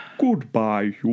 Goodbye